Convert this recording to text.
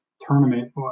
tournament